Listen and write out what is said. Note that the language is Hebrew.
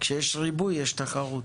כשיש ריבוי, יש תחרות.